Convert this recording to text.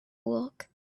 work